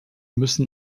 müssen